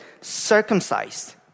circumcised